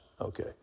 Okay